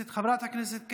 חבר הכנסת סמי אבו שחאדה,